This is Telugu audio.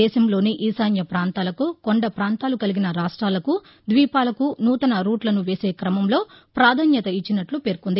దేశంలోని ఈశాన్య ప్రాంతాలకు కొండ పాంతాలు కలిగిన రాష్ట్రాలకు ద్వీపాలకు నూతన రూట్లను వేసే క్రమంలో పాధాన్యత ఇచ్చినట్లు పేర్కొంది